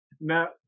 Now